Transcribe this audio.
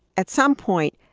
at some point,